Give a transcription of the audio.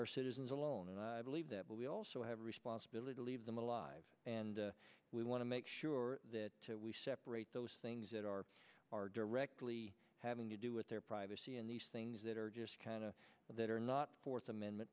our citizens alone and i believe that we also have responsibility leave them alive and we want to make sure that we separate those things that are are directly having to do with their privacy and these things that are just kind of that are not fourth amendment